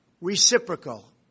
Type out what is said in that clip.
reciprocal